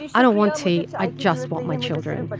and i don't want tea i just want my children. and but